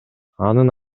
анын